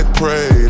pray